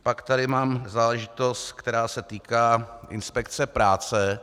Pak tady mám záležitost, která se týká inspekce práce.